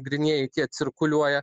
grynieji tie cirkuliuoja